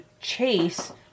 chase